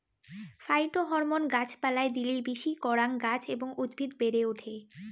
phytohormone গাছ পালায় দিলি বেশি করাং গাছ এবং উদ্ভিদ বেড়ে ওঠে